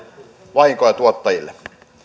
vahinkoja tuottajille